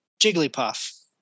Jigglypuff